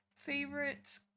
Favorite